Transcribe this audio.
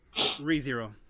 ReZero